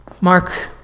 Mark